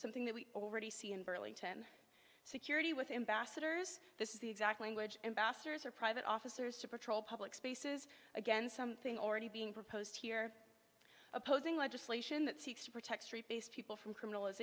something that we already see in burlington security with ambassadors this is the exact language ambassadors are private officers to patrol public spaces again something already being proposed here opposing legislation that seeks to protect street based people from criminal